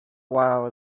while